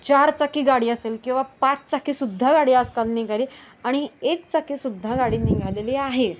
चारचाकी गाडी असेल किंवा पाचचाकीसुद्धा गाडी आजकाल निघाली आणि एकचाकीसुद्धा गाडी निघालेली आहे